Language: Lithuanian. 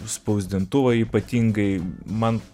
spausdintuvą ypatingai man